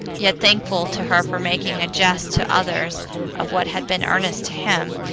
yet thankful to her for making a jest to others of what had been earnest to him,